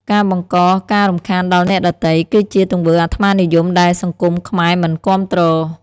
ការបង្កការរំខានដល់អ្នកដទៃ គឺជាទង្វើអាត្មានិយមដែលសង្គមខ្មែរមិនគាំទ្រ។